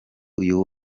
uyu